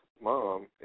mom